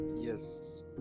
Yes